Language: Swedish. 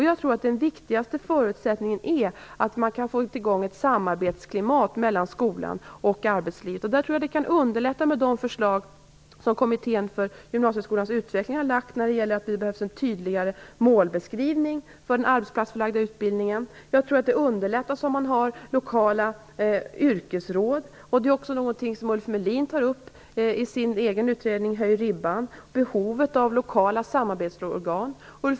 Jag tror att den viktigaste förutsättningen är att man kan få i gång ett samarbetsklimat mellan skolan och arbetslivet. Jag tror att de förslag kan underlätta som Kommittén för gymnasieskolans utveckling har lagt när det gäller att det behövs en tydligare målbeskrivning för den arbetsplatsförlagda utbildningen. Jag tror nämligen att det här blir lättare om det finns lokala yrkesråd. Ulf Melin tar, i sin egen utredning Höj ribban, upp just frågan om lokala samarbetsorgan.